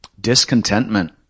Discontentment